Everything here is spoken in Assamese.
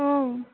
অঁ